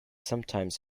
sometimes